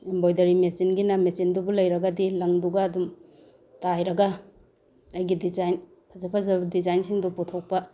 embroidery ꯃꯦꯆꯤꯟꯒꯤꯅ ꯃꯦꯆꯤꯟꯗꯨꯕꯨ ꯂꯩꯔꯒꯗꯤ ꯂꯪꯗꯨꯒ ꯑꯗꯨꯝ ꯇꯥꯏꯔꯒ ꯑꯩꯒꯤ ꯗꯤꯖꯥꯏꯟ ꯐꯖ ꯐꯖꯕ ꯗꯤꯖꯥꯏꯟꯁꯤꯡꯗꯨ ꯄꯨꯊꯣꯛꯄ